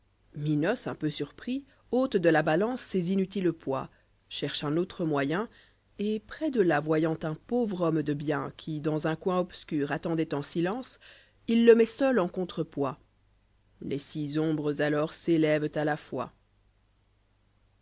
minos un peu surpris ôte dé là balance ces inutiles poids cherche un autrè moyeh et près de là voyant un pauvre hdinme'de bien qui dans un coin obscur atténdoit cïr'silence il le met seul en contre-poids fies six ombres alors s'élèvent à la fois